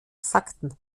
fakten